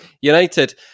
United